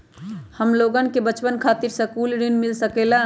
हमलोगन के बचवन खातीर सकलू ऋण मिल सकेला?